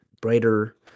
brighter